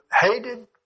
hated